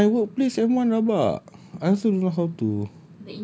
because my workplace M one rabak I also don't know how to